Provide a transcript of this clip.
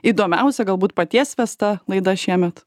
įdomiausia galbūt paties vesta laida šiemet